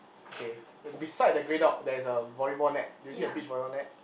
okay beside the grey dog there's a volleyball net is it a beach volleyball net